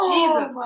Jesus